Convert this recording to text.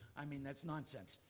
i mean, that's nonsense.